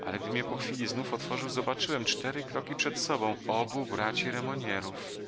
ale gdym je po chwili znów otworzył zobaczyłem cztery kroki przed sobą obu braci